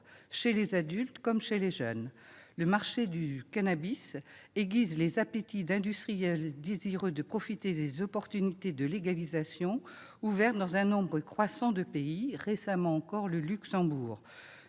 chez les adultes comme chez les jeunes. Le marché du cannabis aiguise les appétits d'industriels désireux de profiter des opportunités de légalisation ouvertes dans un nombre croissant de pays- récemment encore, au Luxembourg.